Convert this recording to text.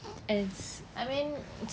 it's I mean